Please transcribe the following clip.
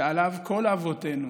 שכל אבותינו